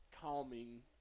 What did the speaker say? calming